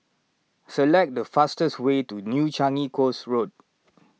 select the fastest way to New Changi Coast Road